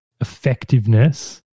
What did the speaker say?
effectiveness